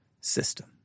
system